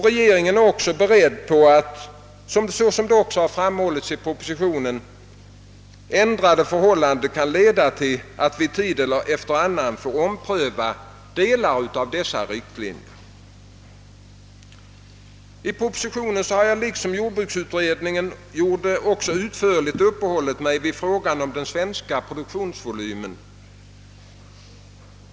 Regeringen är också beredd på att, vilket även har framhållits i propositionen, ändrade förhållanden kan leda till att vi tid efter annan får ompröva delar av dessa riktlinjer. I propositionen har jag liksom jordbruksutredningen utförligt uppehållit mig också vid frågan om den svenska produktionsvolymen.